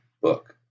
book